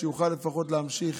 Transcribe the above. שיוכל לפחות להמשיך